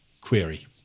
query